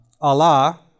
Allah